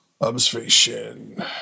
Observation